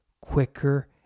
quicker